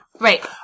right